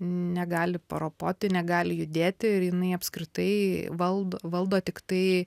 negali paropoti negali judėti ir jinai apskritai valdo valdo tiktai